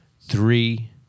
three